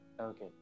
Okay